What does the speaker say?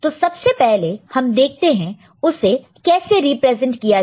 तो सबसे पहले हम देखते हैं कि उसे कैसे रिप्रेजेंट किया जाता है